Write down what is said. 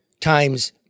times